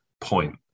point